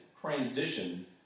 transition